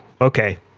okay